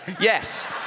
Yes